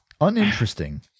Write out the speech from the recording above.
uninteresting